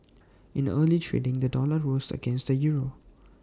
in early trading the dollar rose against the euro